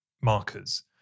markers